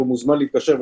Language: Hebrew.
והוא מוזמן להתקשר,